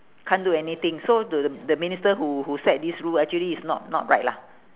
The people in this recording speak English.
can't do anything so the the minister who who set this rule actually is not not right lah